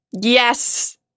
Yes